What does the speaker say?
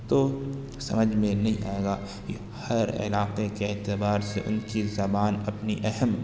تو سمجھ میں نہیں آئے گا ہر علاقے کے اعتبار سے ان کی زبان اپنی اہم